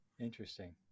Interesting